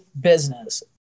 business